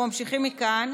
אנחנו ממשיכים מכאן